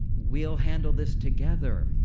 we'll handle this together.